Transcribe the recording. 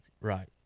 Right